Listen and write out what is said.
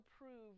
approved